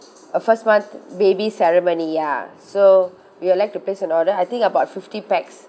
a first month baby ceremony ya so we would like to place an order I think about fifty pax